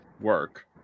Work